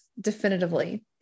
definitively